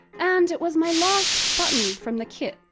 and it was my last button from the kit.